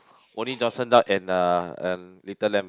only Johnson duck and a a little lamb